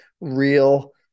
real